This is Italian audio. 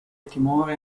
timore